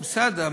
בסדר,